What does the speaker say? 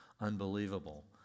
unbelievable